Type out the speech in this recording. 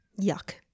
Yuck